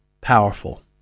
powerful